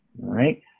right